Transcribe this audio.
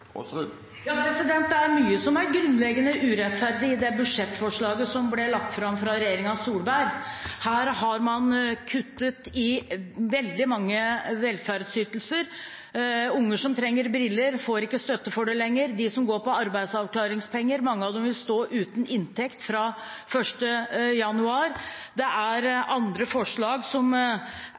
Det er mye som er grunnleggende urettferdig i det budsjettforslaget som ble lagt fram av regjeringen Solberg. Der har man kuttet i veldig mange velferdsytelser. Unger som trenger briller, får ikke støtte til det lenger, mange av dem som går på arbeidsavklaringspenger, ville stå uten inntekt fra 1. januar. Det er andre forslag som